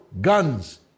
guns